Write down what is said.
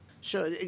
Sure